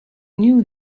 knew